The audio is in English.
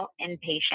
inpatient